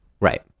Right